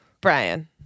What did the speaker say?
Brian